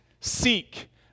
seek